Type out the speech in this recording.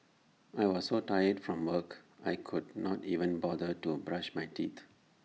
I was so tired from work I could not even bother to brush my teeth